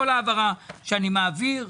כל העברה שאני מעביר,